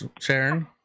Sharon